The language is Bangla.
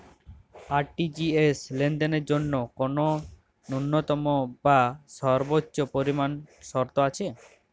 আর.টি.জি.এস লেনদেনের জন্য কোন ন্যূনতম বা সর্বোচ্চ পরিমাণ শর্ত আছে?